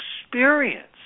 experience